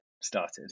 started